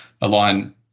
align